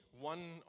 one